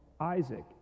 Isaac